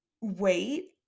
wait